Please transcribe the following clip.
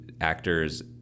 actors